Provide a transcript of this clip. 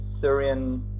Syrian